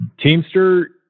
teamster